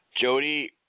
Jody